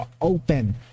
open